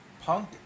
Punk